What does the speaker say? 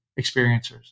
experiencers